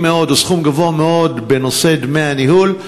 מאוד או סכום גבוה מאוד של דמי ניהול.